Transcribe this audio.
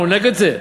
אנחנו נגד זה?